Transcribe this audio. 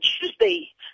Tuesday